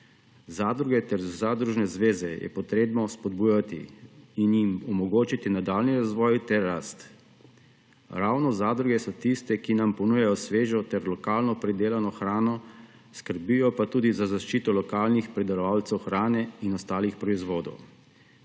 Zadruge ter zadružne zveze je potrebno vzpodbujati in jim omogočiti nadaljnji razvoj ter rast. Ravno zadruge so tiste, ki nam ponujajo svežo ter lokalno pridelano hrano, skrbijo pa tudi za zaščito lokalnih pridelovalcev hrane in ostalih proizvodov.